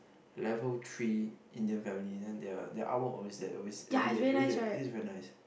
level three Indian family then they are their art work always there always everyday everyday it is very nice